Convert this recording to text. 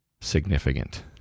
significant